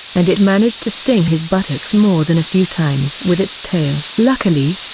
and it managed to sting his buttocks more than a few times with its tail. luckily,